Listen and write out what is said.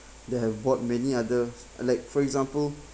they have bought many other like for example